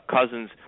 Cousins